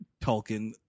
Tolkien